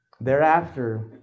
Thereafter